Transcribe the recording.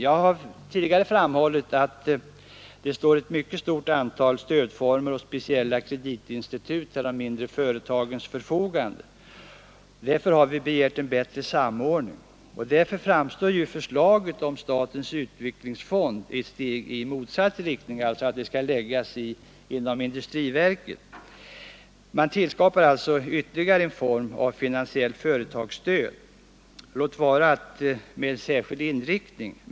Som jag tidigare framhållit står ett stort antal stödfonder och speciella kreditinstitut till de mindre företagens förfogande, och vi har begärt en bättre samordning i det avseendet. Därför framstår förslaget om statens utvecklingsfond, lagd under industriverket, som ett steg i motsatt riktning. Man tillskapar då ytterligare en fond för finansiellt företagsstöd, låt vara med särskild inriktning.